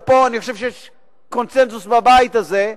פה אני חושב שיש קונסנזוס בבית הזה,